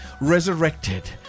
resurrected